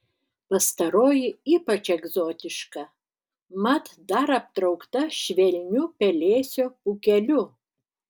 pastaroji ypač egzotiška mat dar aptraukta švelniu pelėsio pūkeliu